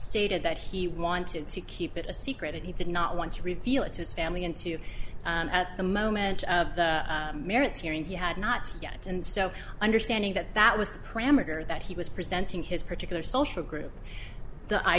stated that he wanted to keep it a secret and he did not want to reveal it his family into the moment of the merits hearing he had not yet and so understanding that that with parameter that he was presenting his particular social group the i